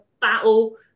battle